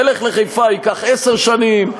תלך לחיפה, ייקח עשר שנים.